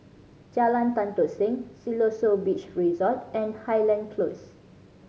Jalan Tan Tock Seng Siloso Beach Resort and Highland Close